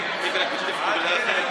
הצבעה.